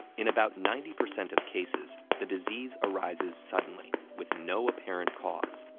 in about ninety percent of cases, the disease arises suddenly, with no apparent cause.